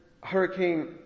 Hurricane